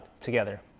together